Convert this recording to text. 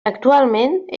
actualment